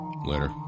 Later